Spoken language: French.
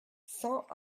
cent